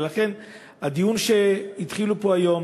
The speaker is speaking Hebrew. ולכן הדיון שהתחילו פה היום,